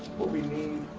what we need,